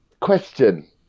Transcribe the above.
question